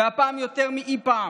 והפעם יותר מאי פעם.